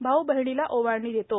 भाऊ बहिणीला ओवाळणी देतो